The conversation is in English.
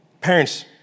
Parents